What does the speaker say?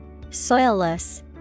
Soilless